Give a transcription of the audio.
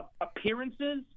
appearances